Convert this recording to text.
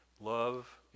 Love